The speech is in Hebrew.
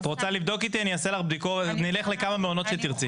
את רוצה לבדוק איתי, נלך לכמה מעונות שתרצי.